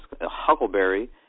Huckleberry